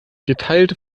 geteilte